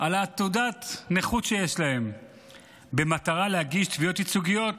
על תעודת הנכות שיש להם במטרה להגיש תביעות ייצוגיות